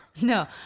No